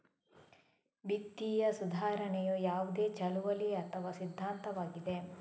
ವಿತ್ತೀಯ ಸುಧಾರಣೆಯು ಯಾವುದೇ ಚಳುವಳಿ ಅಥವಾ ಸಿದ್ಧಾಂತವಾಗಿದೆ